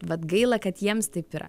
vat gaila kad jiems taip yra